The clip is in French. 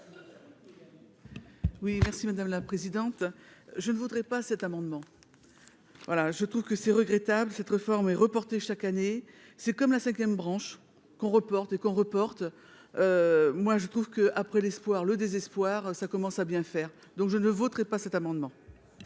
Oui merci madame la présidente, je ne voudrais pas cet amendement, voilà, je trouve que c'est regrettable cette réforme est reportée, chaque année, c'est comme la 5ème, branche qu'on reporte et qu'on reporte moi je trouve que, après l'espoir, le désespoir, ça commence à bien faire, donc je ne voterai pas cet amendement.